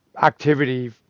activity